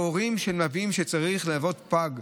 הורים שצריכים ללוות פג,